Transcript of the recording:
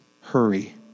hurry